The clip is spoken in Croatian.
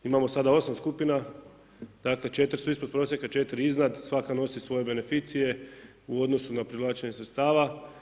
Imamo sada 8 skupina, dakle, 4 su ispod prosjeka, 4 iznad, svaka nosi svoje beneficije u odnosu na privlačenje sredstava.